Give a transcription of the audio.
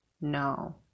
No